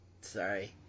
sorry